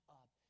up